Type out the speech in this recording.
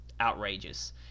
outrageous